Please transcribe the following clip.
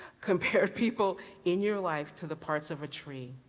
compared people in your life to the parts of a tree.